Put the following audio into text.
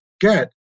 get